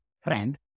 friend